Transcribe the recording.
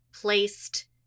placed